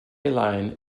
line